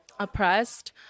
oppressed